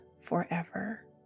forever